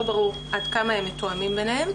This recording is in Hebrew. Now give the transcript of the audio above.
אך לא ברור עד כמה הם מתואמים ביניהם,